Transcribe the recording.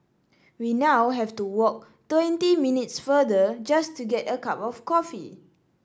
we now have to walk twenty minutes farther just to get a cup of coffee